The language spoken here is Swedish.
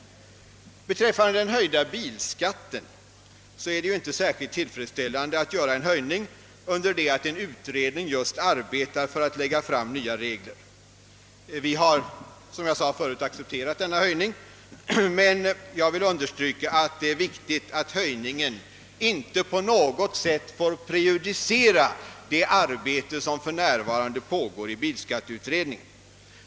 Beträffande den höjda bilskatten kan sägas att det inte är särskilt tillfredsställande att genomföra en höjning medan en utredning arbetar för att lägga fram nya regler. Som jag förut sade har vi accepterat denna höjning, men jag vill understryka att det är viktigt att höjningen inte på något sätt får prejudicera det arbete som för närvarande pågår i bilskatteutredningen.